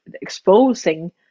exposing